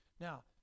Now